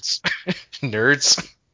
Nerds